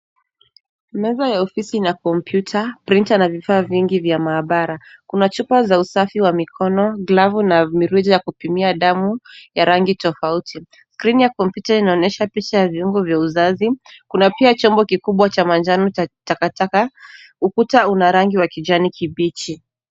Meza ya ofisi ina kompyuta, printa na vifaa vingi vya maabara. Kuna chupa za usafi wa mikono, glavu na mirija ya kupimia damu ya rangi tofauti. Skrini ya kompyuta inaonyesha picha ya viungo vya uzazi. Kuna pia chombo kikubwa cha manjano cha takataka. Ukuta una rangi wa kijani kibichi.